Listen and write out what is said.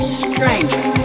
strength